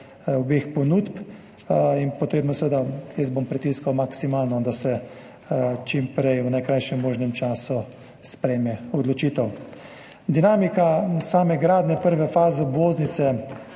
obeh ponudb in potrebno je seveda, jaz bom pritiskal maksimalno, da se čim prej, v najkrajšem možnem času sprejme odločitev. Dinamika same gradnje prve faze obvoznice